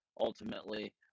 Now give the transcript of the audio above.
ultimately